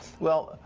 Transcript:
well,